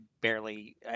barely